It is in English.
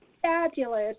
Fabulous